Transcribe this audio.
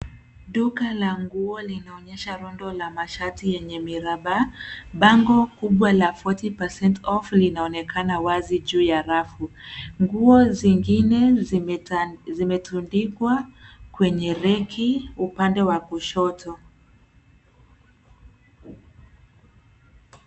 Duka la nguo linaonyesha rundo la mashati yenye miraba. Bango kubwa la forty percent off linaonekana wazi juu ya rafu. Nguo zingine zimetundikwa kwenye reki upande wa kushoto.